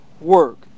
work